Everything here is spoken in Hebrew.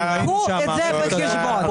קחו את זה בחשבון.